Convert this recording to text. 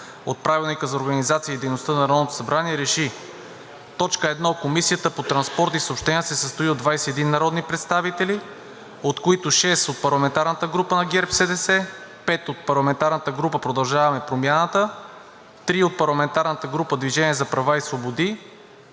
от Правилника за организацията и дейността на Народното събрание РЕШИ: 1. Комисията по енергетика се състои от 23 народни представители, от които 6 от парламентарната група на ГЕРБ-СДС, 5 от парламентарната група „Продължаваме Промяната“, 4 от парламентарната група „Движение за права и свободи“,